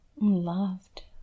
Loved